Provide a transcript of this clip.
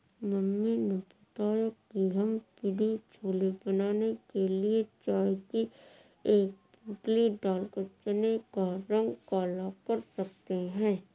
mummy ने बताया कि हम पिण्डी छोले बनाने के लिए चाय की एक पोटली डालकर चने का रंग काला कर सकते हैं